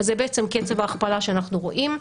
זה בעצם קצב ההכפלה שאנחנו רואים.